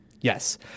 Yes